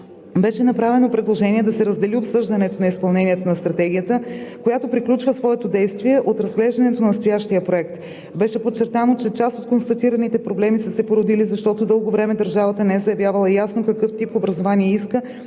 Беше направено предложение да се раздели обсъждането на изпълнението на Стратегията, която приключва своето действие, от разглеждането на настоящия проект. Беше подчертано, че част от констатираните проблеми са се породили, защото дълго време държавата не е заявявала ясно какъв тип образование иска